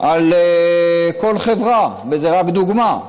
על כל חברה, וזו רק דוגמה.